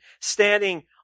standing